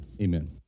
Amen